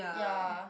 ya